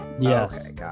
yes